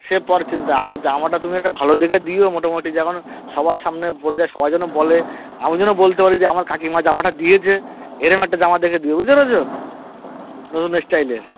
সে পরের চিন্তা আগে জামাটা তুমি একটা ভালো দেখে দিও মোটামুটি যেমন সবার সামনে পরে যাই সবাই যেন বলে আমি যেন বলতে পারি যে আমার কাকিমা জামাটা দিয়েছে এরকম একটা জামা দেখে দিও বুঝতে পেরেছো নতুন স্টাইলের